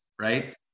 right